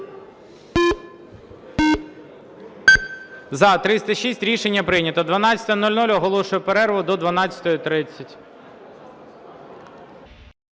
За-306 Рішення прийнято. 12:00. Оголошую перерву до 12:30.